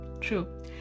True